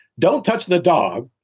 don't touch the dog